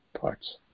parts